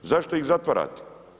Zašto ih zatvarate?